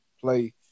play